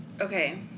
Okay